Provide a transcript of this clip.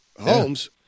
homes